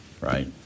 right